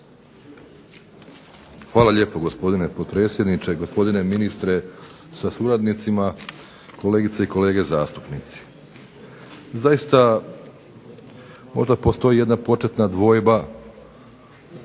Hvala lijepo gospodine potpredsjedniče, gospodine ministre sa suradnicima, kolegice i kolege zastupnici. Zaista, možda postoji jedna početna dvojba